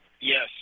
Yes